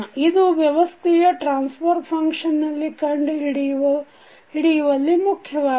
ಇದು ವ್ಯವಸ್ಥೆಯ transfer function ಕಂಡು ಹಿಡಿಯುವಲ್ಲಿ ಮುಖ್ಯವಾಗಿದೆ